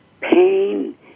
pain